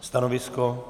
Stanovisko?